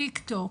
טיק טוק,